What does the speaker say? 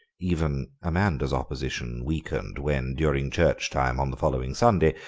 even amanda's opposition weakened when, during church time on the following sunday,